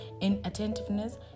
Inattentiveness